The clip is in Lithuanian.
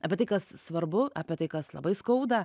apie tai kas svarbu apie tai kas labai skauda